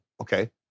Okay